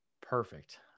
Perfect